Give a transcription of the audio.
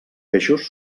peixos